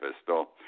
pistol